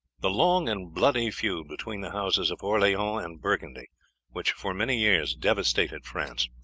the long and bloody feud between the houses of orleans and burgundy which for many years devastated france,